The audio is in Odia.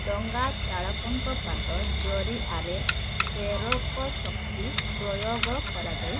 ଡଙ୍ଗାଚାଳକଙ୍କ ପାଦ ଜରିଆରେ ପ୍ରେରକ ଶକ୍ତି ପ୍ରୟୋଗ କରାଯାଇଥାଏ